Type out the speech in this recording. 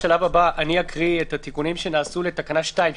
אני אקריא את התיקונים שנעשו לתקנה 2,